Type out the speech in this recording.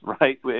right